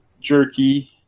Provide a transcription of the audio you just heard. Jerky